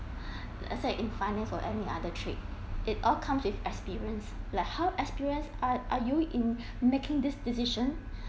let's say in finance or in any other trade it all comes with experience like how experienced are you in making this decision